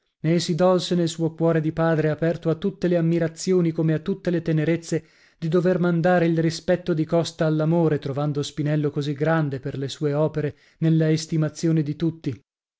nè si dolse nel suo cuore di padre aperto a tutte le ammirazioni come a tutte le tenerezze di dover mandare il rispetto di costa all'amore trovando spinello così grande per le sue opere nella estimazione di tutti